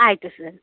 ಆಯಿತು ಸರ್